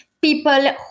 people